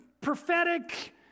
prophetic